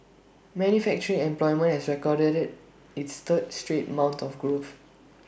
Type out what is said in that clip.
manufacturing employment also recorded its third straight month of growth